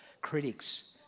critics